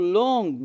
long